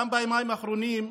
גם ביומיים האחרונים,